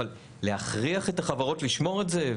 אבל להכריח את החברות לשמור את זה?